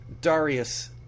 Darius